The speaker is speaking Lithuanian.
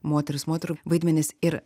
moteris moterų vaidmenis ir